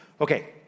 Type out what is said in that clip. Okay